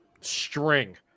string